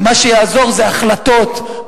מה שיעזור זה החלטות.